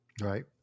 right